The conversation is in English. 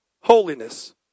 holiness